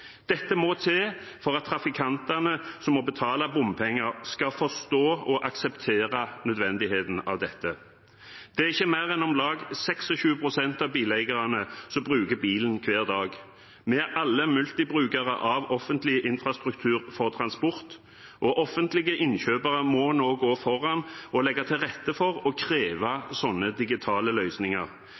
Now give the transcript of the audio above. trafikantene, som må betale bompenger, skal forstå og akseptere nødvendigheten av dette. Det er ikke mer enn om lag 26 pst. av bileierne som bruker bilen hver dag. Vi er alle multibrukere av offentlig infrastruktur for transport, og offentlige innkjøpere må nå gå foran og legge til rette for og kreve slike digitale løsninger.